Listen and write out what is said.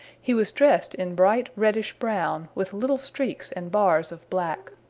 he was dressed in bright reddish-brown, with little streaks and bars of black.